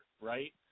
right